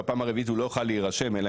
בפעם הרביעית הוא לא יוכל להירשם אלא